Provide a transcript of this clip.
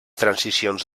transicions